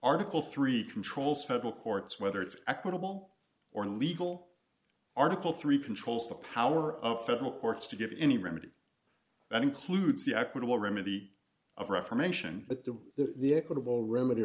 article three controls federal courts whether it's equitable or legal article three controls the power of the federal courts to get any remedy that includes the equitable remedy of reformation but the the the equitable remedy